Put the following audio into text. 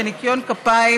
בניקיון כפיים,